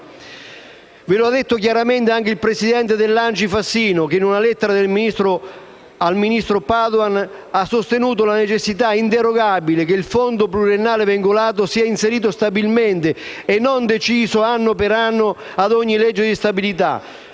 Ve lo ha detto chiaramente anche il presidente dell'ANCI Fassino, che, in una lettera al ministro Padoan, ha sostenuto la necessità inderogabile che il fondo pluriennale vincolato sia inserito stabilmente e non deciso anno per anno a ogni legge di stabilità.